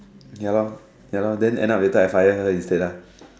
ya lor ya lor then end up later I fire her instead ah